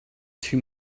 too